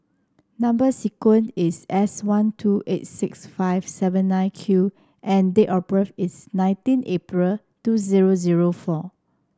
number sequence is S one two eight six five seven nine Q and date of birth is nineteen April two zero zero four